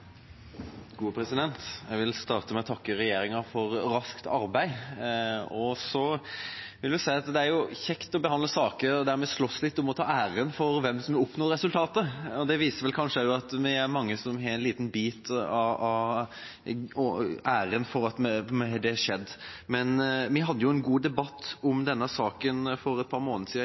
vil starte med å takke regjeringa for raskt arbeid. Jeg vil si at det er kjekt å behandle saker der vi sloss litt om å ta æren for hvem det er som oppnår resultatet. Det viser kanskje også at vi er mange som har en liten bit av æren for at dette skjer. Vi hadde en god debatt om denne saken for et par